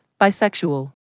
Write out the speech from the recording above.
Bisexual